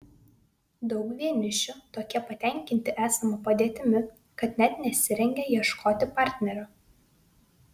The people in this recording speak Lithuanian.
daug vienišių tokie patenkinti esama padėtimi kad net nesirengia ieškoti partnerio